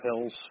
pills